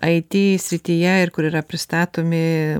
it srityje ir kur yra pristatomi